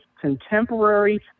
contemporary